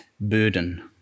burden